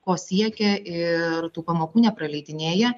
ko siekia ir tų pamokų nepraleidinėja